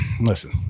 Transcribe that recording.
listen